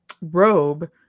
robe